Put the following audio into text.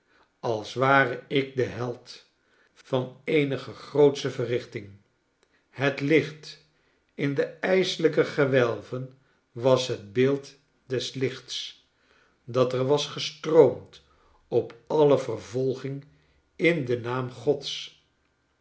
als ware ik de held van eenige grootsche verrichtingl het licht in de ijselijke gewelven was het beeld des lichts dat er was gestroomd op alle vervolging in den naam gods